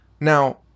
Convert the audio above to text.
Now